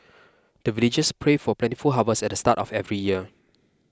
the villagers pray for plentiful harvest at the start of every year